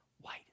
white